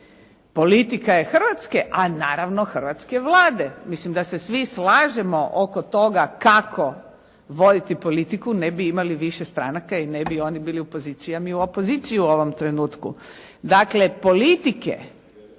Politika je Hrvatske, a naravno hrvatske Vlade. Mislim da se svi slažemo oko toga kako voditi politiku ne bi imali više stranaka i ne bi oni pili u poziciji, a mi u opoziciji u ovom trenutku. Dakle, politike